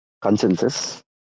consensus